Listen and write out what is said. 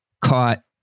caught